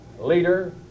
leader